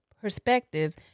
perspectives